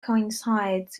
coincides